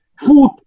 food